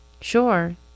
Sure